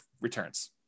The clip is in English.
returns